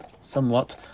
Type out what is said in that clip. somewhat